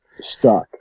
stuck